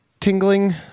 tingling